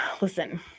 listen